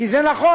כי זה נכון,